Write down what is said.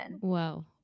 Wow